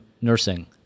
nursing